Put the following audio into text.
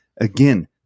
again